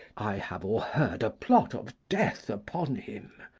i have o'erheard a plot of death upon him.